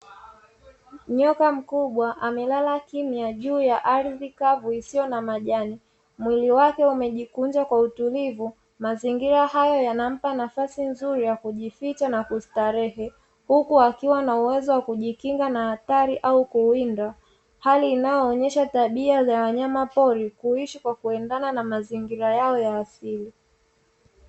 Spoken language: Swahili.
Nyoka mkubwa amelala kimya juu ya ardhi kavu, isiyo na majani, mwili wake umejikunja kwa utulivu. Mazingira hayo yanampa nafasi nzuri ya kujificha na kustarehe, huku akiwa na uwezo wa kujikinga na hatari au kuwindwa, hali inayoonyesha tabia za wanyama pori kuishi kwa kuendana na mazingira yao ya asili.